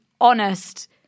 honest